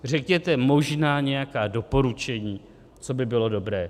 Řekněte možná nějaká doporučení, co by bylo dobré.